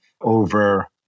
over